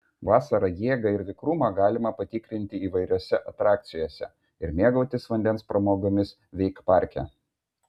vasarą jėgą ir vikrumą galima patikrinti įvairiose atrakcijose ir mėgautis vandens pramogomis veikparke